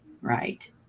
Right